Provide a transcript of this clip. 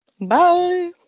Bye